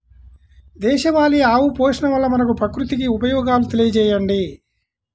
దేశవాళీ ఆవు పోషణ వల్ల మనకు, ప్రకృతికి ఉపయోగాలు తెలియచేయండి?